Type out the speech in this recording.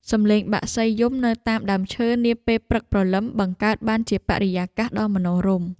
សំឡេងបក្សីយំនៅតាមដើមឈើនាពេលព្រឹកព្រលឹម បង្កើតបានជាបរិយាកាសដ៏មនោរម្យ។